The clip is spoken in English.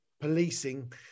policing